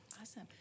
Awesome